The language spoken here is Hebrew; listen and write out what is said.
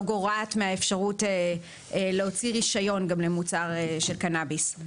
לא גורעת מהאפשרות להוציא רישיון למוצר של קנביס.